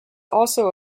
also